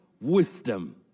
wisdom